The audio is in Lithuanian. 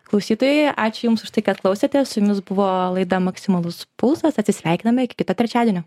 klausytojai ačiū jums už tai kad klausėte su jumis buvo laida maksimalus pulsas atsisveikiname iki kito trečiadienio